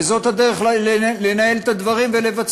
וזאת אולי הדרך לנהל את הדברים ולבצע.